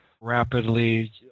rapidly